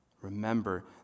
Remember